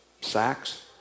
sacks